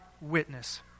witness